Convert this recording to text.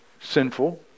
sinful